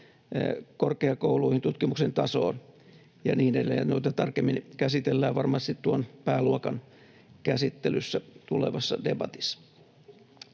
korkeakouluihin, tutkimuksen tasoon ja niin edelleen — noita tarkemmin käsitellään varmasti tuon pääluokan käsittelyssä tulevassa debatissa.